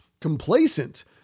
complacent